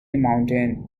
mountain